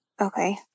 okay